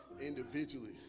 individually